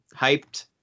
hyped